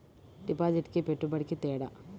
డిపాజిట్కి పెట్టుబడికి తేడా?